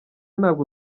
ntabwo